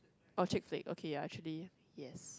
oh chick flick okay ya actually yes